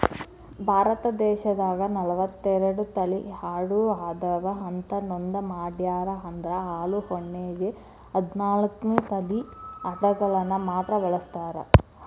ಭಾರತ ದೇಶದಾಗ ನಲವತ್ತೆರಡು ತಳಿ ಆಡು ಅದಾವ ಅಂತ ನೋಂದ ಮಾಡ್ಯಾರ ಅದ್ರ ಹಾಲು ಉಣ್ಣೆಗೆ ಹದ್ನಾಲ್ಕ್ ತಳಿ ಅಡಗಳನ್ನ ಮಾತ್ರ ಬಳಸ್ತಾರ